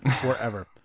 forever